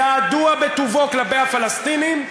ידוע בטובו כלפי הפלסטינים.